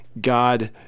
God